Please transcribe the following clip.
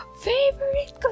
Favorite